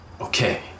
Okay